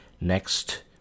next